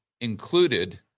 included